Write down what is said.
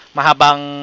Mahabang